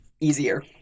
Easier